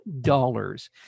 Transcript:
dollars